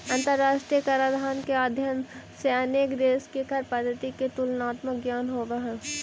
अंतरराष्ट्रीय कराधान के अध्ययन से अनेक देश के कर पद्धति के तुलनात्मक ज्ञान होवऽ हई